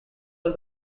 was